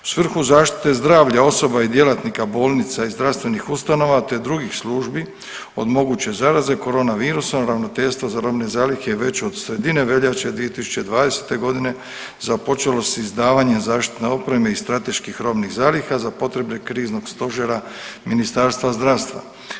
U svrhu zaštite zdravlja osoba i djelatnika bolnica i zdravstvenih ustanova te drugih službi od moguće zaraze korona virusom ravnateljstvo za robne zalihe je već od sredine veljače 2020. godine započelo s izdavanjem zaštitne opreme iz strateških robnih zaliha za potrebe kriznog stožera Ministarstva zdravstva.